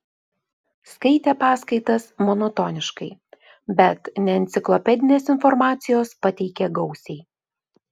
skaitė paskaitas monotoniškai bet neenciklopedinės informacijos pateikė gausiai